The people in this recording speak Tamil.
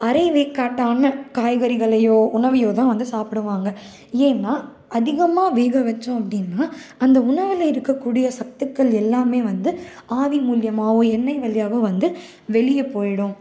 அரை வேக்காட்டான காய்கறிகளையோ உணவையோதான் வந்து சாப்பிடுவாங்க ஏன்னால் அதிகமாக வேகவைச்சோம் அப்படின்னா அந்த உணவில் இருக்கக்கூடிய சத்துக்கள் எல்லாமே வந்து ஆவி மூலயமாவோ எண்ணெய் வழியாகவோ வந்து வெளியே போயிடும்